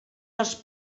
dels